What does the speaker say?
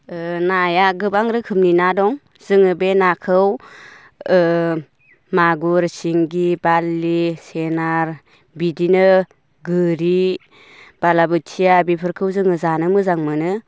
नाया गोबां रोखोमनि ना दं जोङो बे नाखौ मागुर सिंगि बारलि सेनार बिदिनो गोरि बालाबोथिया बेफोरखौ जोङो जानो मोजां मोनो